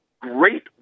great